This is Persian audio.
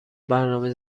برنامه